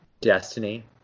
destiny